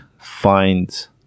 find